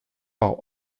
par